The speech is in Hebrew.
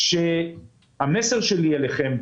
המסר שלי אליכם,